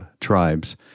tribes